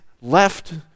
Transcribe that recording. left